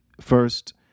first